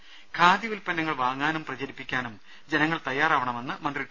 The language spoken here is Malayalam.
ദേദ ഖാദി ഉൽപന്നങ്ങൾ വാങ്ങാനും പ്രചരിപ്പിക്കാനും ജനങ്ങൾ തയ്യാറാവണമെന്ന് മന്ത്രി ടി